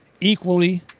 equally